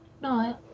No